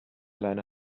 leine